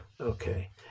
Okay